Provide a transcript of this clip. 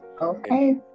Okay